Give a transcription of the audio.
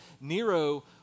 Nero